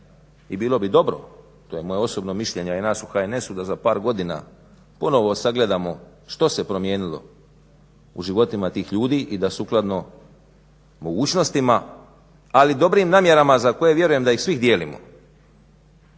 i bilo bi dobro, to je moje osobno mišljenje a i nas u HNS-u, da za par godina ponovno sagledamo što se promijenilo u životima tih ljudi i da sukladno mogućnostima ali i dobrim namjerama za koje vjerujem da ih svi dijelimo